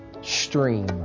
stream